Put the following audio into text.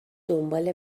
دنبال